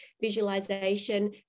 visualization